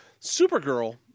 Supergirl